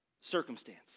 circumstance